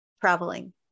traveling